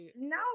No